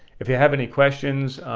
if you have any questions,